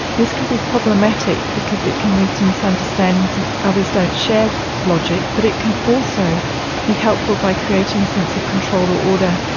this can be problematic because it can lead to misunderstandings if others don't share logic, but it can also be helpful by creating a sense of control or order.